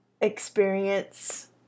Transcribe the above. experience